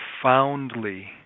profoundly